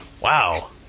Wow